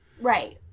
Right